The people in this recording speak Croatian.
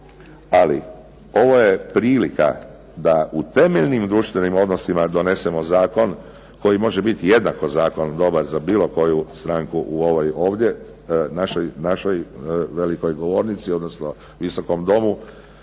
Ovo je prilika da u temeljnim društvenim odnosima doneseno zakon koji može biti jednako zakon dobar za bilo koju stranke u ovoj ovdje našoj velikoj govornici odnosno Visokom domu